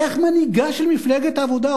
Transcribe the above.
איך מנהיגה של מפלגת העבודה,